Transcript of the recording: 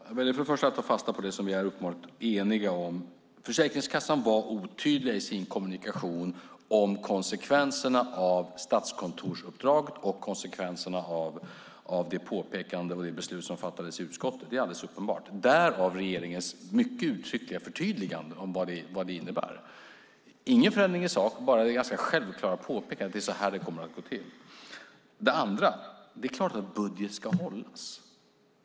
Fru talman! För det första väljer jag att ta fasta på det vi uppenbart är eniga om. Försäkringskassan var otydlig i sin kommunikation om konsekvenserna av statskontorsuppdraget och konsekvenserna av påpekandet och beslutet i utskottet. Det är alldeles uppenbart, därav regeringens mycket uttryckliga förtydligande av vad detta innebär - alltså ingen förändring i sak, bara det ganska självklara påpekandet om hur det kommer att gå till. För det andra är det klart att en budget ska hållas.